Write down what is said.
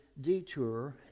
detour